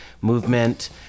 movement